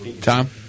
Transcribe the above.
Tom